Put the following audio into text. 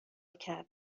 کردم